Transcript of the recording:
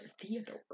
Theodore